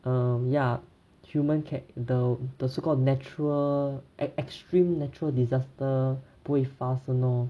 um ya human ca~ the the so called natural extreme natural disaster 不会发生咯